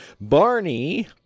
Barney